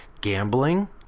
gambling